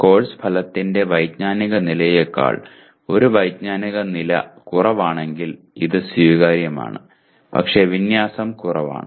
course ഫലത്തിന്റെ വൈജ്ഞാനിക നിലയേക്കാൾ ഒരു വൈജ്ഞാനിക നില കുറവാണെങ്കിൽ ഇത് സ്വീകാര്യമാണ് പക്ഷേ വിന്യാസം കുറവാണ്